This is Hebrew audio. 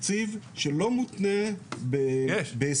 תקציב שלא מותנה בהישגים.